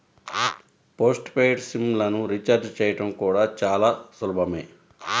post paid SIM లను recharge చేయడం కూడా చాలా సులభమే